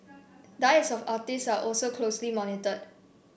diets of artistes are also closely monitored